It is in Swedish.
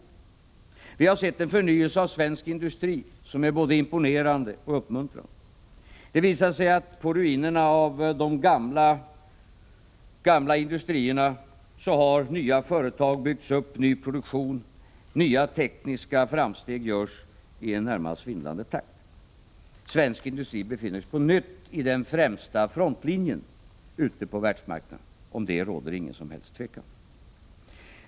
Vi har fått uppleva en förnyelse av svensk industri som är både imponerande och uppmuntrande. Det visar sig att det på ruinerna av de gamla industrierna har byggts upp nya företag, att ny produktion har startat och att nya tekniska framsteg har gjorts i en närmast svindlande takt. Svensk industri befinner sig på nytt i den främsta frontlinjen ute på världsmarknaden — om den saken råder det inget som helst tvivel.